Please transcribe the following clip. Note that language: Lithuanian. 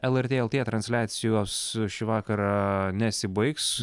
lrt lt transliacijos šį vakarą nesibaigs